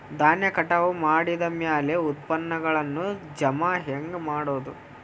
ಧಾನ್ಯ ಕಟಾವು ಮಾಡಿದ ಮ್ಯಾಲೆ ಉತ್ಪನ್ನಗಳನ್ನು ಜಮಾ ಹೆಂಗ ಮಾಡೋದು?